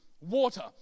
water